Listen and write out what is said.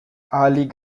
ahalik